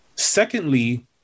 Secondly